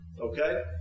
Okay